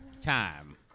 Time